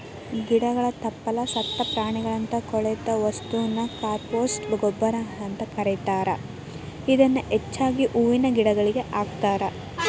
ಗಿಡಗಳ ತಪ್ಪಲ, ಸತ್ತ ಪ್ರಾಣಿಯಂತ ಕೊಳೆತ ವಸ್ತುನ ಕಾಂಪೋಸ್ಟ್ ಗೊಬ್ಬರ ಅಂತ ಕರೇತಾರ, ಇದನ್ನ ಹೆಚ್ಚಾಗಿ ಹೂವಿನ ಗಿಡಗಳಿಗೆ ಹಾಕ್ತಾರ